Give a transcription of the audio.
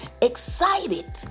excited